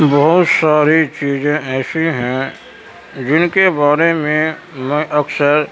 بہت ساری چیزیں ایسی ہیں جن کے بارے میں میں اکثر